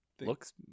looks